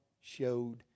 showed